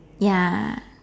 ya